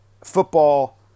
football